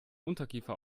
unterkiefer